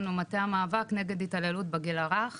המאבק נגד התעללות בגיל הרך